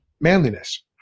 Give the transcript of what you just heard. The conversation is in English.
manliness